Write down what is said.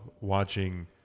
watching